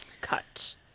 cut